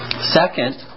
Second